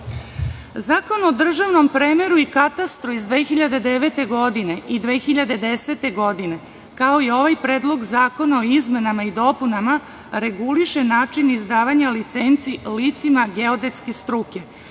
o državnom premeru i katastru iz 2009. i 2010. godine, kao i ovaj predlog zakona o izmenama i dopunama, reguliše način izdavanja licenci licima geodetske struke.